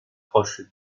proches